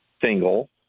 single